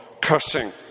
cursing